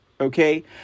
Okay